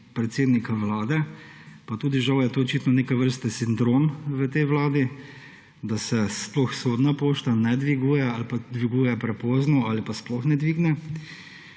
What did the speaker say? predsednika vlade, pa žal je to tudi neke vrste sindrom v tej vladi, da se sploh sodna pošta ne dviguje ali pa dviguje prepozno ali pa se sploh ne dvigne,